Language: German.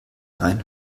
ein